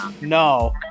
no